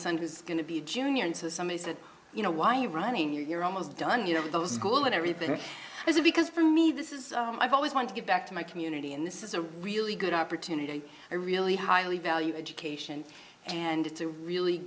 son who's going to be a junior and somebody said you know why you're running you're almost done you know those school and everything is because for me this is i've always wanted to give back to my community and this is a really good opportunity i really highly value education and it's a really